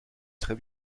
très